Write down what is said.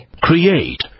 Create